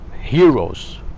heroes